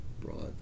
broad